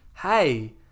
Hey